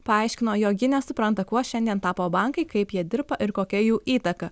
paaiškino jog ji nesupranta kuo šiandien tapo bankai kaip jie dirba ir kokia jų įtaka